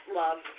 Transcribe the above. love